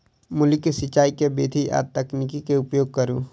मूली केँ सिचाई केँ के विधि आ तकनीक केँ उपयोग करू?